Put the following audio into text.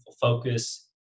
focus